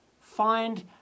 find